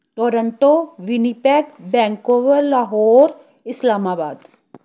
Toronto Winnipeg Vancouver Lahore Islamabad